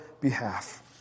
behalf